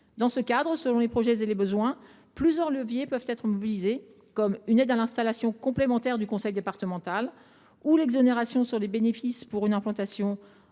Dans ce cadre, selon les projets et les besoins, plusieurs leviers peuvent être mobilisés : aide à l’installation complémentaire du conseil départemental ; exonération sur les bénéfices pour une implantation